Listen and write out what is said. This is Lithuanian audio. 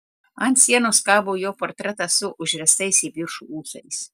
ant sienos kabo jo portretas su užriestais į viršų ūsais